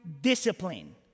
discipline